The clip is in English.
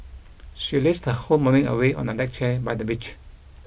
she lazed her whole morning away on a deck chair by the beach